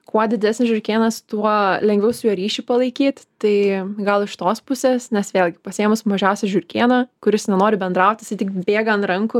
kuo didesnis žiurkėnas tuo lengviau su juo ryšį palaikyt tai gal iš tos pusės nes vėlgi pasiėmus mažiausią žiurkėną kuris nenori bendraut jisai tik bėga ant rankų